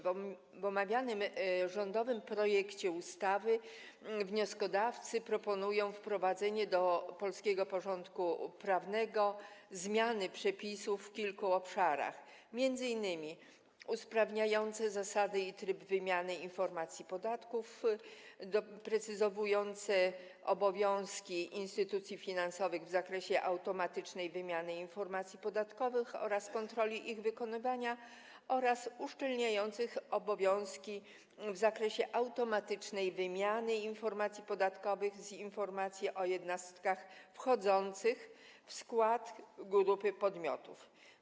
W omawianym rządowym projekcie ustawy wnioskodawcy proponują wprowadzenie do polskiego porządku prawnego zmian przepisów w kilku obszarach, m.in. usprawniających zasady i tryb wymiany informacji podatkowych, doprecyzowujących obowiązki instytucji finansowych w zakresie automatycznej wymiany informacji podatkowych i kontroli ich wykonywania oraz uszczelniających obowiązki w zakresie automatycznej wymiany informacji podatkowych o jednostkach wchodzących w skład grupy podmiotów.